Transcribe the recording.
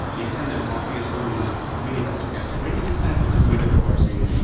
we extended morpheus to mini-batch stochastic gradient descent, which is needed for, say,